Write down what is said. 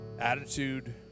attitude